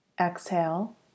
exhale